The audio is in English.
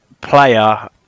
player